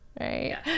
Right